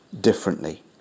differently